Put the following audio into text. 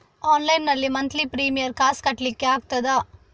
Online ನಲ್ಲಿ monthly premier ಕಾಸ್ ಕಟ್ಲಿಕ್ಕೆ ಆಗ್ತದಾ?